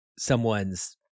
someone's